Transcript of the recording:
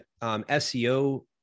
SEO